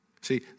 See